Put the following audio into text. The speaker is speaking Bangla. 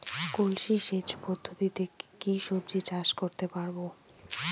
কলসি সেচ পদ্ধতিতে কি সবজি চাষ করতে পারব?